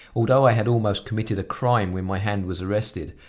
although i had almost committed a crime when my hand was arrested,